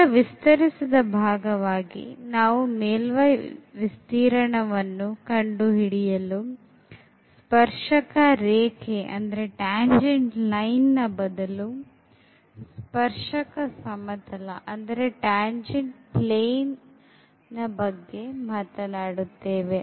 ಇದರ ವಿಸ್ತರಿಸದ ಭಾಗವಾಗಿ ನಾವು ಮೇಲ್ಮೈ ವಿಸ್ತೀರ್ಣವನ್ನು ಕಂಡು ಹಿಡಿಯಲು ಸ್ಪರ್ಶಕ ರೇಖೆಯ ಬದಲು ಸ್ಪರ್ಶಕ ಸಮತಲದ ಬಗ್ಗೆ ಮಾತನಾಡುತ್ತೇವೆ